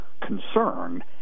concern